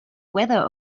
weather